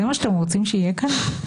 זה מה שאתם רוצים שיהיה כאן?